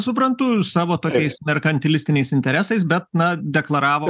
suprantu savo tokiais merkantilistiniais interesais bet na deklaravo